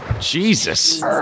Jesus